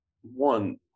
one